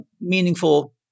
meaningful